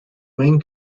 main